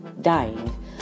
dying